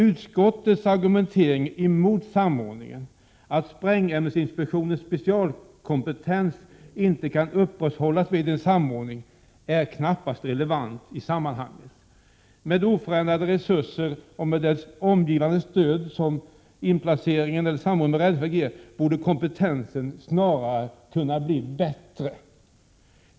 Utskottets argumentering emot samordningen — att sprängämnesinspektionens specialkompetens inte kan upprätthållas vid en samordning — är knappast relevant i sammanhanget. Med oförändrade resurser och med det omgivande stöd som samordningen med räddningsverket ger borde kompetensen snarare kunna bli bättre.